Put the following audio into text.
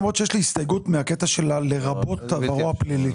למרות שיש לי הסתייגות מהקטע של "לרבות עברו הפלילי".